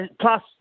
plus